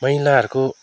महिलाहरूको